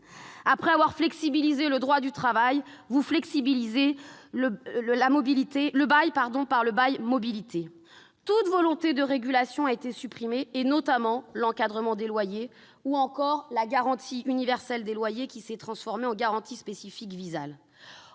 Après avoir flexibilisé le droit du travail, vous flexibilisez le bail, par le bail mobilité. Toute volonté de régulation a été supprimée, notamment l'encadrement des loyers, ou encore la garantie universelle des loyers, qui s'est transformée en garantie spécifique VISALE.